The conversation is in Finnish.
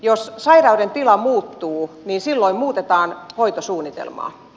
jos sairauden tila muuttuu niin silloin muutetaan hoitosuunnitelmaa